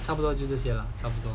差不多就这些了差不多